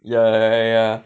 ya ya ya